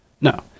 No